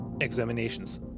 examinations